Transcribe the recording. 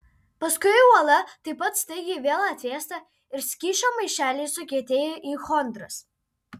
paskui uola taip pat staigiai vėl atvėsta ir skysčio maišeliai sukietėja į chondras